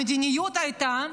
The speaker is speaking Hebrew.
המדיניות הייתה